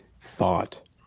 thought